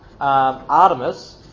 Artemis